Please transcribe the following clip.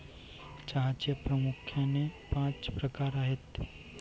चहाचे प्रामुख्याने पाच प्रकार आहेत